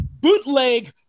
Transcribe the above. bootleg